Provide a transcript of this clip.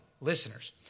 listeners